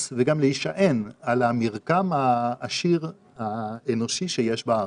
וגם להישען על המרקם העשיר האנושי שיש בארץ.